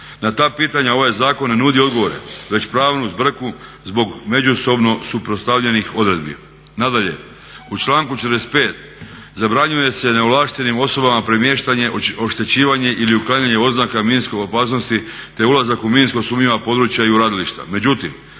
Na ta pitanja ovaj zakon ne nudi odgovore već pravnu zbrku zbog međusobno suprotstavljenih odredbi. Nadalje, u članku 45. zabranjuje se neovlaštenim osobama premještanje, oštećivanje ili uklanjanje oznaka minske opasnosti te ulazak u minsko sumnjiva područja i u radilišta.